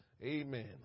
Amen